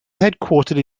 headquartered